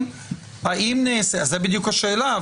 זה בדיוק השאלה,